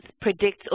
predicts